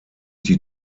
die